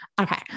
Okay